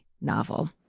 novel